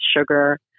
sugar